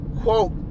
quote